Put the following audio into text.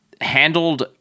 handled